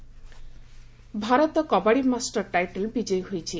kabaddi Bharat kabaddi master title ବିଜୟୀ ହୋଇଛି